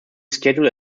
schedule